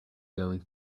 going